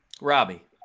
Robbie